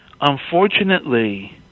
unfortunately